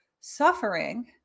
suffering